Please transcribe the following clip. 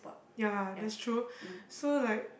ya that's true so like